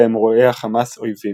בהם רואה החמאס אויבים.